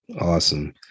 Awesome